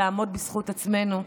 לעמוד בזכות עצמנו.